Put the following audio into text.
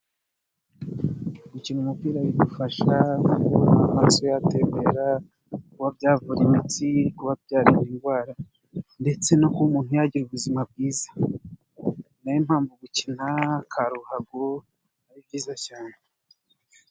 Gukina umupira bidufasha kuba amaraso yatembera, kuba byavura imitsi, kuba byarinda indwara ndetse no kuba umuntu yagira ubuzima bwiza, ni nayo mpamvu gukina Ka ruhago ari byiza cyane.